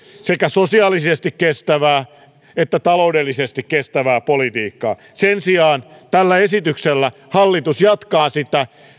sekä sosiaalisesti kestävää että taloudellisesti kestävää politiikkaa sen sijaan tällä esityksellä hallitus jatkaa sitä